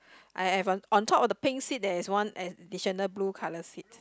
I have on top of the pink seat there is one additional blue colour seat